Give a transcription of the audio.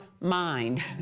mind